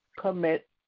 commit